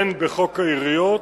הן בחוק העיריות